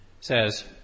says